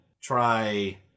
try